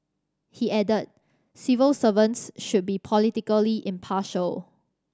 he added civil servants should be politically impartial